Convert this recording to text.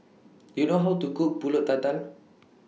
Do YOU know How to Cook Pulut Tatal